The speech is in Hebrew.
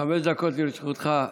חמש דקות לרשותך.